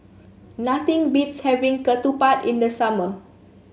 nothing beats having Ketupat in the summer